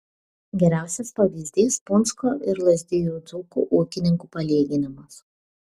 geriausias pavyzdys punsko ir lazdijų dzūkų ūkininkų palyginimas